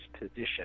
position